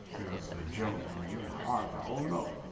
you know it's the general, i mean we were horrified. oh no,